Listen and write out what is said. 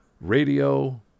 radio